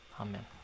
Amen